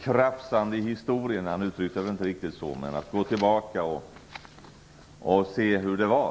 krafsande i historien - kanske uttryckte han sig inte riktigt så - och för att gå tillbaka och se hur det varit.